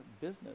business